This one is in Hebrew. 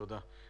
תודה.